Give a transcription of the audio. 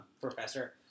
professor